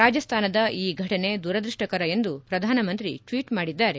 ರಾಜಸ್ತಾನದ ಈ ಘಟನೆ ದುರದೃಷ್ಟಕರ ಎಂದು ಪ್ರಧಾನಮಂತ್ರಿ ಟ್ವೀಟ್ ಮಾಡಿದ್ದಾರೆ